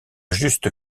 juste